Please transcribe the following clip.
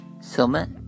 summer